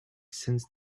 since